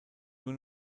nur